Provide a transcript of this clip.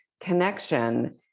connection